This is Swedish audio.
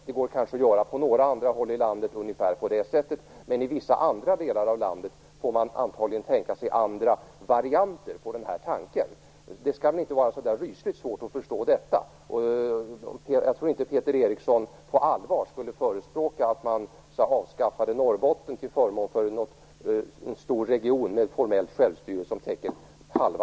Det går kanske att göra ungefär på det sättet på några andra håll i landet. Men i vissa andra delar av landet får man antagligen tänka sig andra varianter av den här idén. Det skall väl inte vara så rysligt svårt att förstå detta. Jag tror inte att Peter Eriksson på allvar skulle förespråka att man avskaffade Norrbotten till förmån för en stor region med självstyrelse som täcker halva